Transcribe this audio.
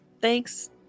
Thanks